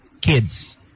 kids